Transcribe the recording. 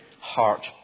heart